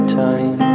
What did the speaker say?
time